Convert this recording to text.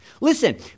Listen